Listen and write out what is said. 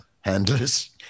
handlers